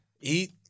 Eat